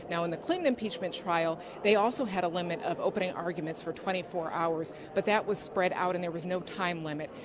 in the clinton impeachment trial, they also had a limit of opening arguments for twenty four hours. but that was spread out and there was no time limit.